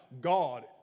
God